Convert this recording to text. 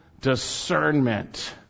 discernment